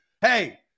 hey